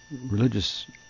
religious